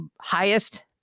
highest